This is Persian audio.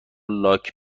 لاک